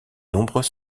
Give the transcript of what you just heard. nombreux